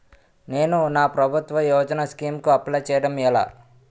నేను నా ప్రభుత్వ యోజన స్కీం కు అప్లై చేయడం ఎలా?